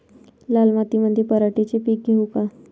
लाल मातीमंदी पराटीचे पीक घेऊ का?